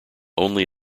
only